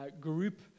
group